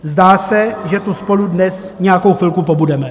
Zdá se, že tu spolu dnes nějakou chvilku pobudeme.